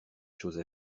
chose